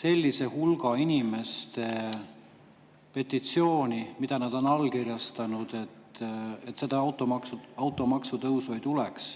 sellise hulga inimeste petitsiooniga, mille nad on allkirjastanud, et seda automaksu ei tuleks.